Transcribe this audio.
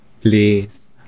Please